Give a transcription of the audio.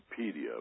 Wikipedia